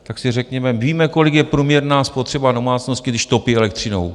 Tak si řekněme, víme, kolik je průměrná spotřeba domácnosti, když topí elektřinou, jo?